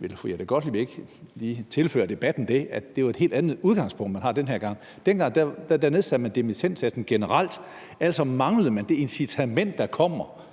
Vil fru Jette Gottlieb ikke lige tilføre debatten det, at det jo er et helt andet udgangspunkt, man har den her gang? Dengang blev dimittendsatsen nedsat generelt. Altså, man manglede det incitament, der kommer,